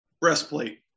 breastplate